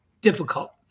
difficult